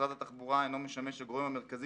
משרד התחבורה אינו משמש כגורם המרכזי